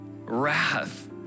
wrath